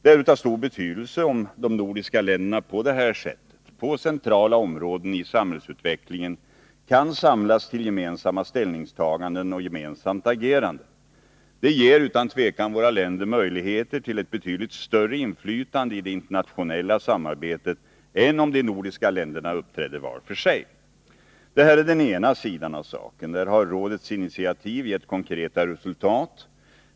Det är av stor betydelse om de nordiska länderna på detta sätt på centrala områden i samhällsutvecklingen kan samlas till gemensamma ställningstaganden och gemensamt agerande. Det ger utan tvivel våra länder möjlighet till ett betydligt större inflytande i det internationella samarbetet än om de nordiska länderna uppträdde vart för sig. Det är den ena sidan av saken — där har rådets initiativ gett konkreta resultat.